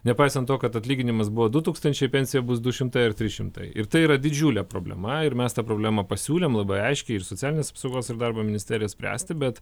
nepaisant to kad atlyginimas buvo du tūkstančiai pensija bus du šimtai ar trys šimtai ir tai yra didžiulė problema ir mes tą problemą pasiūlėm labai aiškiai ir socialinės apsaugos ir darbo ministerijai spręsti bet